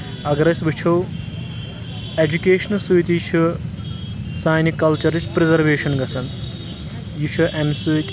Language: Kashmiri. اگر أسۍ وٕچھو ایجوکیشنہٕ سۭتی چھُ سانہِ کَلچَرٕچ پرٛزرویشن گژھان یہِ چھُ امہِ سۭتۍ